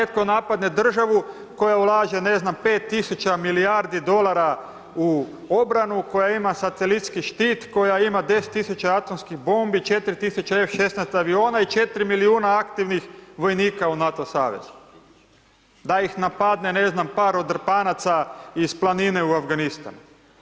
Da netko napadne državu koja ulaže ne znam 5 tisuća milijardi dolara u obranu, koja ima satelitski štit, koja ima 10.000 atomskih bombi, 4.000 F16 aviona i 4 milijuna aktivnih vojnika u NATO savez, da ih napadne ne znam par odrpanaca ih planine u Afganistanu.